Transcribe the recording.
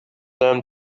them